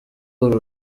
uru